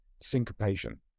syncopation